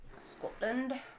Scotland